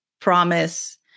promise